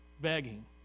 begging